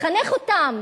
לחנך אותם